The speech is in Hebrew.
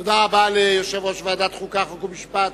תודה רבה ליושב-ראש ועדת החוקה, חוק ומשפט